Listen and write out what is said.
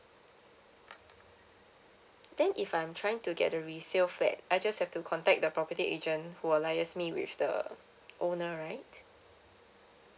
then if I'm trying to get the resale flat I just have to contact the property agent who will liaise me with the owner right